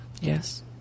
Yes